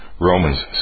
Romans